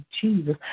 Jesus